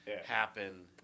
happen